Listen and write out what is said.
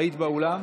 היית באולם?